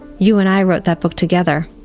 you and i wrote that book together.